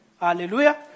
Hallelujah